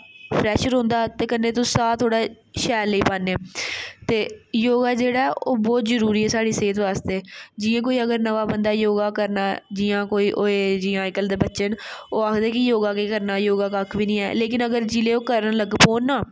fresh रौंह्दा कन्नै तुस साह् थोह्ड़ा शैल लेई पान्ने ते योगा जेह्ड़ा बौह्त जरुरी ऐ साढ़ी सेहत बास्तै जि'यां कोई नमां बंदा योगा करना जि'यां कोई अजकल्ल दे बच्चे न ओह् आक्खदे कि योगा केह् करना योगा कक्ख बी नेईं ऐ लेकिन अगर योगा करन लग्गी प'वो ना